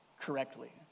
correctly